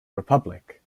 republic